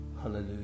Hallelujah